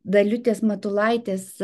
daliutės matulaitės